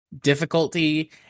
difficulty